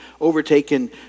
overtaken